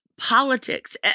politics